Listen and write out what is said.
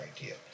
idea